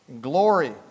glory